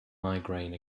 migraine